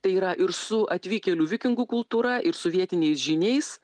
tai yra ir su atvykėlių vikingų kultūra ir su vietiniais žiniais